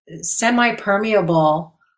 semi-permeable